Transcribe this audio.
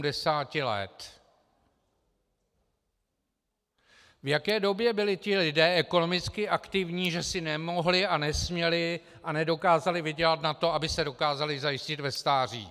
V jaké době byli ti lidé ekonomicky aktivní, že si nemohli, nesměli a nedokázali vydělat na to, aby se dokázali zajistit ve stáří?